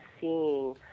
seeing